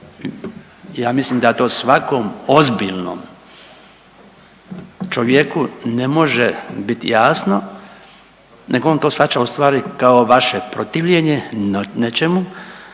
Ja mislim da to svakom ozbiljnom čovjeku ne može biti jasno nek on to shvaća ustvari kao vaše protivljenje nečemu